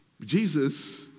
Jesus